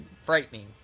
frightening